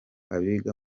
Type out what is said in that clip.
abiga